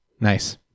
Nice